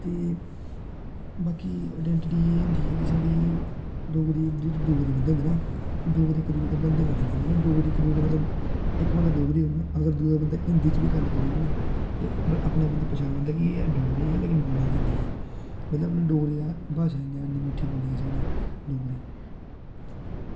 ते बाकी आईडेंटिटी एह् होंदी ऐ की साढ़ी डोगरी की जेह्ड़े डोगरी बंदे होंदे ना डोगरे इक्क दूऐ कन्नै बनदे बड़े न मतलब इक्क बंदा डोगरी ते दूआ बंदा हिंदी चे बी गल्ल करी जा ना ते अपना बंदा पंछानी ओड़दा कि ऐ एह् डोगरी ऐ पर बोल्ला दा हिंदी ऐ ते कन्नै डोगरी भाशा इन्नी मिट्ठी बोल्ली ऐ साढ़ी